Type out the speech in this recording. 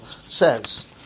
says